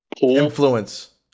Influence